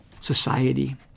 society